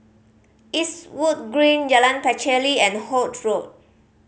Eastwood Green Jalan Pacheli and Holt Road